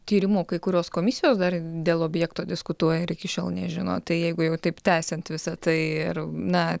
tyrimų kai kurios komisijos dar dėl objekto diskutuoja ir iki šiol nežino tai jeigu jau taip tęsiant visa tai ir na